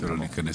נמתין לו שייכנס.